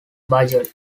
budget